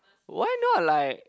why not like